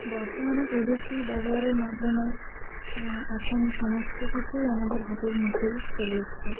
বর্তমানে প্রযুক্তির ব্যবহারের মাধ্যমে এখন সমস্ত কিছুই আমাদের হাতের মুঠোয় চলে এসেছে